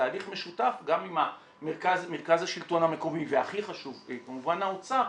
בתהליך משותף גם עם מרכז השלטון המקומי והכי חשוב כמובן האוצר,